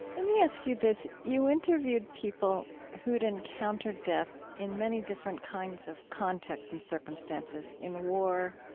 let me ask you this. you interviewed people who'd encountered death in many different kinds of contexts and circumstances in war,